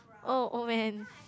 oh oh man